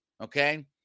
Okay